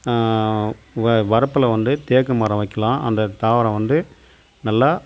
வ வரப்பில் வந்து தேக்கு மரம் வைக்கலாம் அந்த தாவரம் வந்து நல்லா